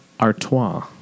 Artois